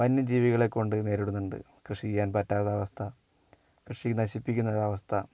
വന്യജീവികളെ കൊണ്ട് നേരിടുന്നുണ്ട് കൃഷി ചെയ്യാൻ പറ്റാത്ത അവസ്ഥ കൃഷി നശിപ്പിക്കുന്നൊരു അവസ്ഥ